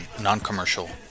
Non-Commercial